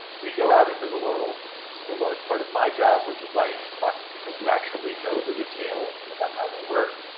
we go out into the world, this is a large part of my job which is why you should talk to people who actually know the details about how they work.